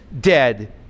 dead